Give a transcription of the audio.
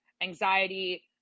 anxiety